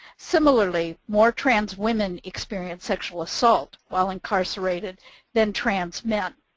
similarly, more trans women experience sexual assault while incarcerated than trans men.